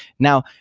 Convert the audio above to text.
now,